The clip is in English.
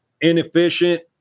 inefficient